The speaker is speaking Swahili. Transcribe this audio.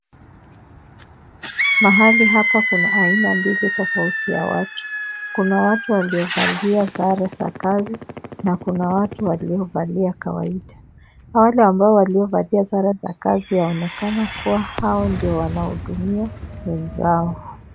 Mahali hapa kuna aina mbili tofauti ya watu, kuna watu waliovalia sare za kazi na kuna watu waliovalia kawaida. Wale waliovalia sare za kazi waonekana kuwa hao ndio wanahudumia wenzao.